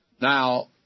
Now